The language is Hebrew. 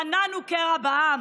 מנענו קרע בעם.